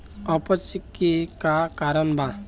अपच के का कारण बा?